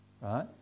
right